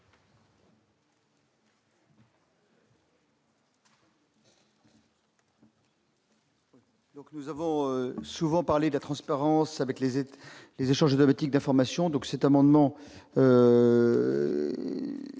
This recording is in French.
Nous avons souvent parlé de transparence avec les échanges automatiques d'informations. Cet amendement